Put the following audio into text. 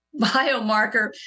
biomarker